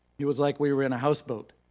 it was like we were in a houseboat.